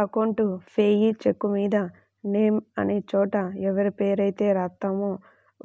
account payee చెక్కుమీద name అనే చోట ఎవరిపేరైతే రాత్తామో